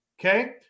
Okay